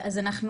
אז אנחנו